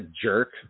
jerk